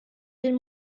den